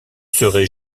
serait